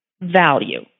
value